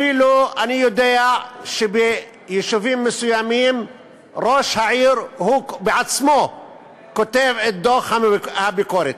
אני אפילו יודע שביישובים מסוימים ראש העיר כותב בעצמו את דוח הביקורת.